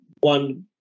one